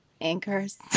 anchors